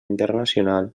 internacional